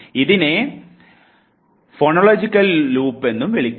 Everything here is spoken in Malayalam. ഇതിനെ ഫൊണോളജിക്കൽ ലൂപ്പ് എന്നും വിളിക്കുന്നു